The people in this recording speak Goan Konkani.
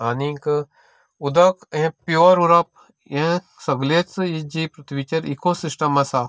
आनीक उदक हें प्यूवर उरप हें सगलेंच इजि इकोसिस्टम आसा